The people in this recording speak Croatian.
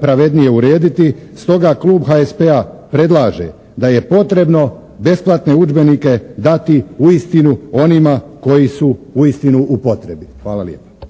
pravednije urediti. Stoga klub HSP-a predlaže, da je potrebno besplatne udžbenike dati uistinu onima koji su uistinu u potrebi. Hvala lijepa.